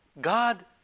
God